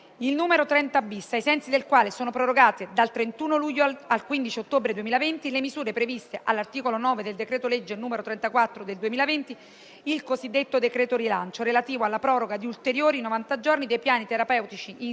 34 (cosiddetto decreto rilancio), relativo alla proroga di ulteriori novanta giorni dei piani terapeutici in scadenza nel periodo dell'emergenza epidemiologica in corso. I piani terapeutici interessati si riferiscono a specifiche patologie che includono ausili e dispositivi monouso